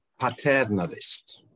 paternalist